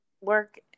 work